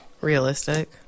realistic